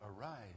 Arise